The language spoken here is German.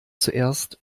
zuerst